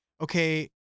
okay